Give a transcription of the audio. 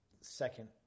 second